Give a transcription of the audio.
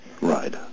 Right